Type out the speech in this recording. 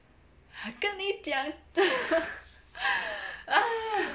跟你讲